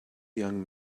young